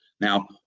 Now